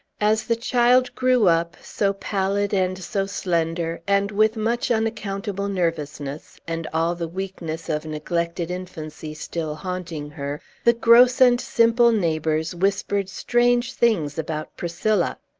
as the child grew up, so pallid and so slender, and with much unaccountable nervousness, and all the weaknesses of neglected infancy still haunting her, the gross and simple neighbors whispered strange things about priscilla.